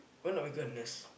when are we gonna nurse